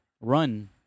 run